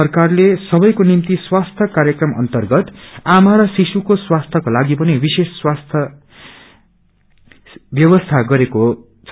सरकारले सबैको निम्ति स्वास्थ्य कार्यक्रम अर्न्तगत आमा र शिशुको स्वास्थ्यको लागि पनि विशेष व्यवस्था गरेको छ